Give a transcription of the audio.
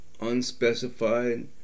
unspecified